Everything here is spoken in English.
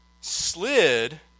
slid